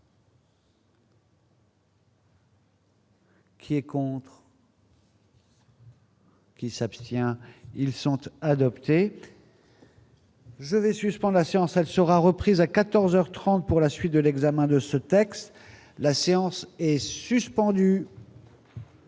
Qui est contre. Qui s'abstient ils sentent. Je vais suspend la séance, elle sera reprise à 14 heures 30 pour la suite de l'examen de ce texte, la séance est suspendue.